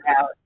Out